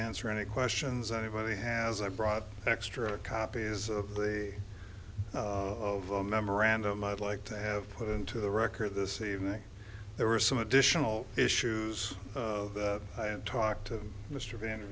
answer any questions anybody has i brought extra copies of the of a memorandum i'd like to have put into the record this evening there were some additional issues i had talked to mr van